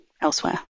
elsewhere